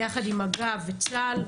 ביחד עם מג"ב וצה"ל,